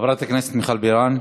חברת הכנסת מיכל בירן.